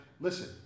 listen